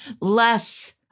less